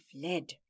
fled